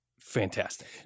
fantastic